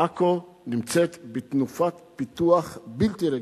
שעכו נמצאת בתנופת פיתוח בלתי רגילה.